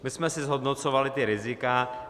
My jsme si zhodnocovali rizika.